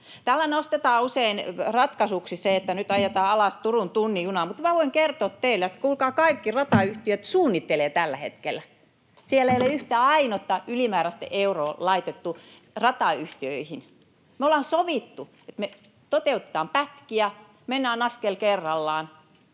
Täällä nostetaan usein ratkaisuksi se, että nyt ajetaan alas Turun tunnin junaa. Mutta voin kertoa teille, kuulkaa, että kaikki ratayhtiöt suunnittelevat tällä hetkellä. Siellä ei ole yhtä ainutta ylimääräistä euroa laitettu ratayhtiöihin. Me ollaan sovittu, että me toteutetaan pätkiä, mennään askel kerrallaan.